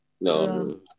No